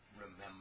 remember